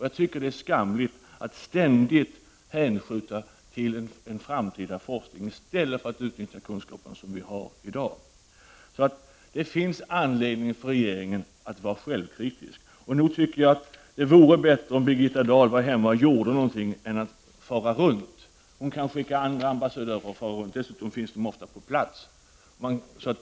Jag tycker att det är skamligt att ständigt hänskjuta till en framtida forskning i stället för att utnyttja de kunskaper vi har i dag. Det finns anledning för regeringen att vara självkritisk. Nog tycker jag att det vore bättre om Birgitta Dahl var hemma och gjorde någonting i stället för att fara runt. Hon kan skicka andra ambassadörer på rundresor. Dessutom finns de ofta på plats.